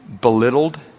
belittled